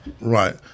Right